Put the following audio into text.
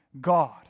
God